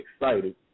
excited